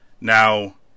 Now